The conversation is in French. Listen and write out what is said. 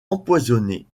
empoisonné